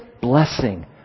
blessing